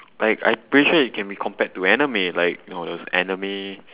like I pretty sure it can be compared to anime like you know those anime